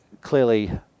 clearly